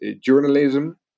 journalism